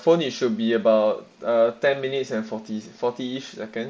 phone it should be about uh ten minutes and forty forty second